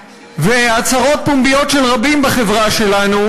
והצהרות פומביות של רבים בחברה שלנו,